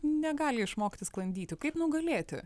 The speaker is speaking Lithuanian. negali išmokti sklandyti kaip nugalėti